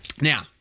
Now-